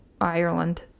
Ireland